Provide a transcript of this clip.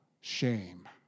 shame